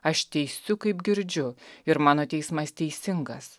aš teisiu kaip girdžiu ir mano teismas teisingas